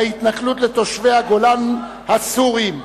ההתנכלות לתושבי הגולן הסורים.